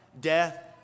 death